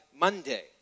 Monday